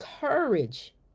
courage